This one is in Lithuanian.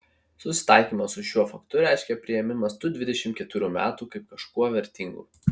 susitaikymas su šiuo faktu reiškia priėmimas tų dvidešimt keturių metų kaip kažkuo vertingų